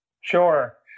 Sure